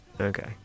Okay